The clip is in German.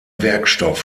werkstoff